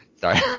Sorry